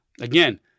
Again